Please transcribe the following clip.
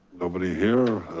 nobody here,